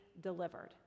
delivered